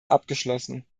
abgeschlossen